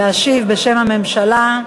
להשיב בשם הממשלה.